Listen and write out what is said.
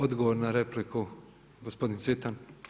Odgovor na repliku, gospodin Cvitan.